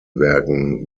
werken